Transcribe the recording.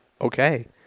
okay